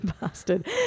bastard